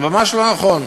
זה ממש לא נכון.